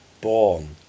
born